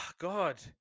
God